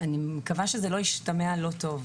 אני מקווה שזה לא ישתמע לא טוב,